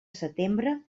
setembre